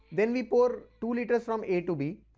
then, we pour two litres from a to b.